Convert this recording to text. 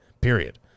Period